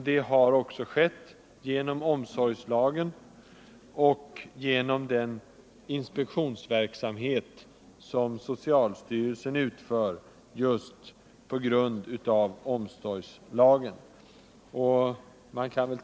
Det har också skett genom omsorgslagen och den inspektionsverksamhet som socialstyrelsen bedriver just på grund av omsorgslagen.